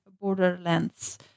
borderlands